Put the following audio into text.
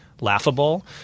laughable